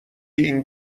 این